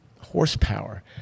horsepower